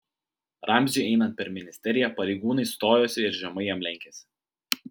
ramziui einant per ministeriją pareigūnai stojosi ir žemai jam lenkėsi